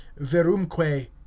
Verumque